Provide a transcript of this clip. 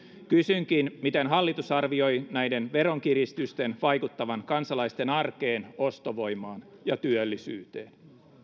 kysynkin miten hallitus arvioi näiden veronkiristysten vaikuttavan kansalaisten arkeen ostovoimaan ja työllisyyteen